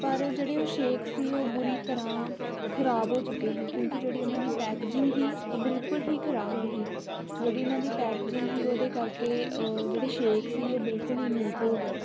ਪਰ ਜਿਹੜੇ ਉਹ ਸ਼ੇਕ ਸੀ ਉਹ ਬੁਰੀ ਤਰ੍ਹਾਂ ਖ਼ਰਾਬ ਹੋ ਚੁੱਕੇ ਸੀ ਕਿਉਂਕਿ ਜਿਹੜੀ ਉਹਨਾਂ ਦੀ ਪੈਕਜਿੰਗ ਸੀ ਉਹ ਬਿਲਕੁਲ ਹੀ ਖ਼ਰਾਬ ਸੀ ਜਿਹੜੀ ਇਹਨਾਂ ਦੀ ਪੈਕਜਿੰਗ ਸੀ ਉਹਦੇ ਕਰਕੇ ਜਿਹੜੇ ਸ਼ੇਕ ਸੀ ਉਹ ਬਿਲਕੁਲ ਹੀ ਲੀਕ ਹੋ ਗਏ